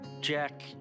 Jack